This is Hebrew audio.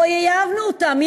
חייבנו אותם,